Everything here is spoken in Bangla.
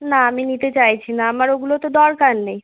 না আমি নিতে চাইছি না আমার ওগুলো তো দরকার নেই